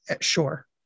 Sure